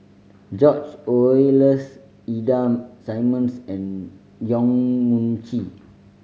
George Oehlers Ida Simmons and Yong Mun Chee